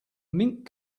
mink